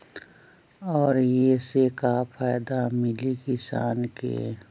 और ये से का फायदा मिली किसान के?